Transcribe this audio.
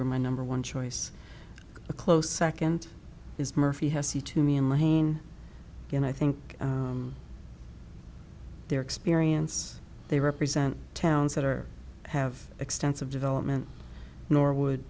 were my number one choice a close second is murphy has he to me and lane and i think their experience they represent towns that are have extensive development norwood